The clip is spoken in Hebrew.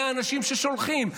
אלה האנשים ששולחים.